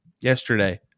yesterday